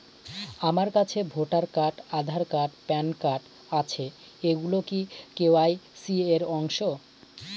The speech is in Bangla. আমার কাছে voter card Aadhaar card PAN card আছে এগুলো কি কে.ওয়াই.সি র অংশ?